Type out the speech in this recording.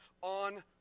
on